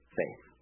faith